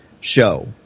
show